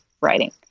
writing